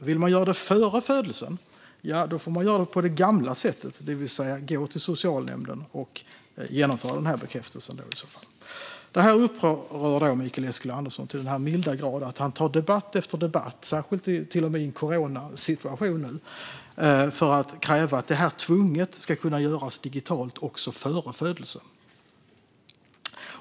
Om man vill göra det före födelsen får man göra på det gamla sättet, det vill säga gå till socialnämnden och genomföra bekräftelsen. Detta upprör Mikael Eskilandersson så till den milda grad att han tar debatt efter debatt, till och med i den coronasituation vi har nu, för att kräva att det tvunget ska kunna göras digitalt också före födelsen.